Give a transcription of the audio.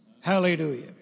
Hallelujah